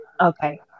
Okay